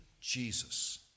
Jesus